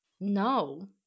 No